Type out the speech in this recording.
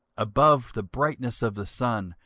above the brightness of the sun,